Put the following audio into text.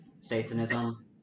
Satanism